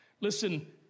Listen